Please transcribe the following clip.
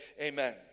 Amen